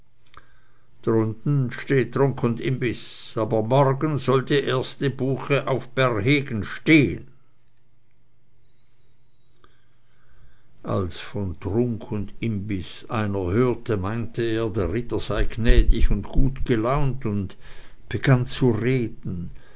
steht trunk und imbiß aber morgen soll die erste buche auf bärhegen stehn als von trunk und imbiß einer hörte meinte er der ritter sei gnädig und gut gelaunt und begann zu reden